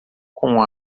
com